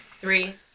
Three